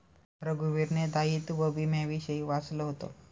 रघुवीरने दायित्व विम्याविषयी वाचलं होतं